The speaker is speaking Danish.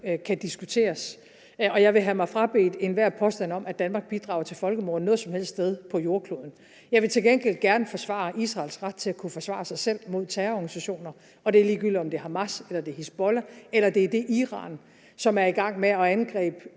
kan diskuteres, og jeg vil have mig frabedt enhver påstand om, at Danmark bidrager til folkemord noget som helst sted på jordkloden. Jeg vil til gengæld gerne forsvare Israels ret til at forsvare sig selv mod terrororganisationer, og det er ligegyldigt, om det er Hamas, om det er Hizbollah, eller om det er det Iran, som er i gang med at angribe